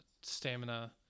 stamina